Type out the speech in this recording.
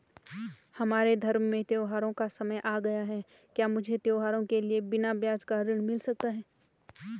हमारे धर्म में त्योंहारो का समय आ गया है क्या मुझे त्योहारों के लिए बिना ब्याज का ऋण मिल सकता है?